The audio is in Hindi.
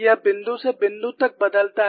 यह बिंदु से बिंदु तक बदलता है